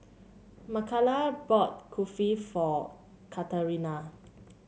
Mikala bought Kulfi for Katerina